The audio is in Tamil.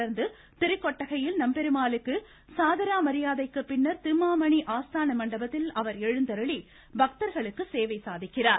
தொடா்ந்து திருக்கொட்டகையில் நம்பெருமாளுக்கு சாதரா மரியாதைக்கு பின்னா் திருமாமணி ஆஸ்தான மண்டபத்தில் அவா் எழுந்தருளி பக்தா்களுக்கு சேவை சாதிக்கிறார்